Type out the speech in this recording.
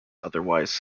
otherwise